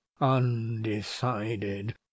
undecided